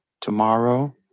tomorrow